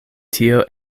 tio